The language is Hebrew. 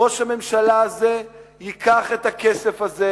ראש הממשלה הזה ייקח את הכסף הזה,